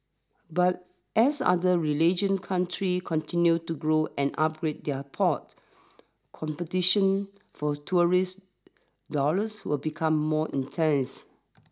but as other religion countries continue to grow and upgrade their ports competition for tourist dollars will become more intense